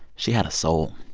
she had a soul.